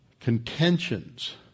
contentions